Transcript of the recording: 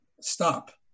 stop